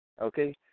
okay